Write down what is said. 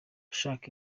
ushaka